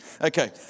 Okay